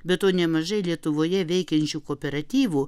be to nemažai lietuvoje veikiančių kooperatyvu